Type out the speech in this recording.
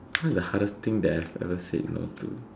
what's the hardest thing that I've ever said no to